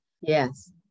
Yes